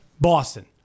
Boston